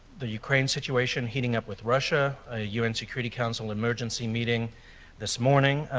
the ukraine situation heating up with russia, a un security council emergency meeting this morning,